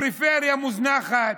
פריפריה מוזנחת,